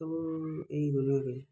ସବୁ ଏଇ